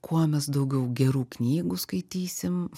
kuo mes daugiau gerų knygų skaitysim